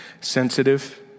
sensitive